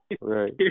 right